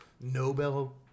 Nobel